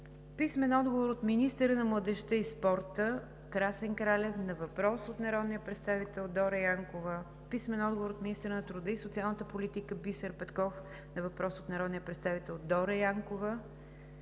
Дора Янкова; - министъра на младежта и спорта Красен Кралев на въпрос от народния представител Дора Янкова; - министъра на труда и социалната политика Бисер Петков на въпрос от народния представител Дора Янкова;